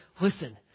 listen